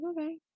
okay